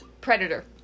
Predator